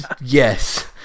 yes